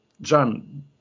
John